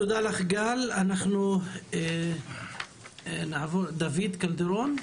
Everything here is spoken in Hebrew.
תודה גל, אנחנו נעבור לדוד קלדרון.